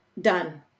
done